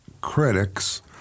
critics